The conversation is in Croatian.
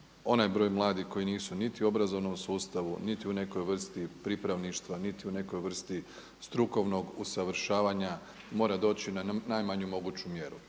onaj broj mladih koji nisu niti u obrazovnom sustavu, niti u nekoj vrsti pripravništva, niti u nekoj vrsti strukovnog usavršavanja mora doći na najmanju moguću mjeru.